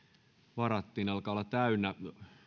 varattiin täynnä